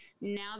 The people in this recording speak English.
now